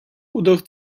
oder